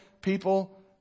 people